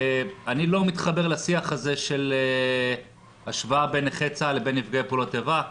אני לא מתחבר לשיח הזה של השוואה בין נכי צה"ל לבין נפגעי פעולות איבה.